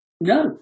No